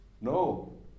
No